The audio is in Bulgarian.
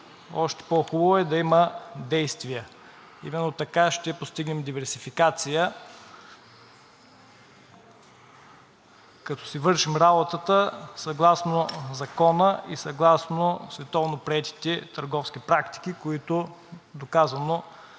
още по-хубаво е да има действия. Именно така ще постигнем диверсификация, като си вършим работата съгласно закона и съгласно световно приетите търговски практики, които доказано